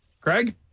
Craig